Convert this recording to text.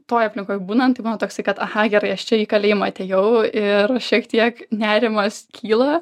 toj aplinkoj būnant tai būna toks kad aha gerai aš čia į kalėjimą atėjau ir šiek tiek nerimas kyla